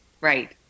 right